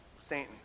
Satan